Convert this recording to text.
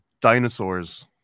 Dinosaurs